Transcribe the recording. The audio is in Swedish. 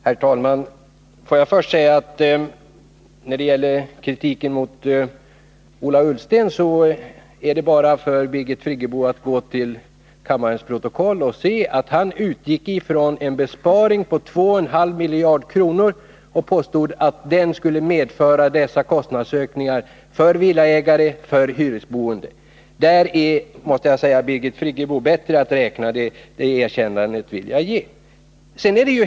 Herr talman! När det gäller kritiken mot Ola Ullsten behöver Birgit Friggebo bara gå till kammarens protokoll för att se att han utgick från en besparing på 2,5 miljarder kronor och påstod att den för villaägare och hyreshusboende skulle medföra kostnadsökningar av den storleksordning jag här har nämnt. Birgit Friggebo är bättre på att räkna — det erkännandet vill jag ge henne.